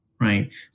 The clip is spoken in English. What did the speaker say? right